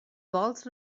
vols